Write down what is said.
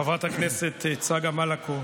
חברת הכנסת צגה מלקו,